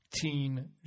teen